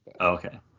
okay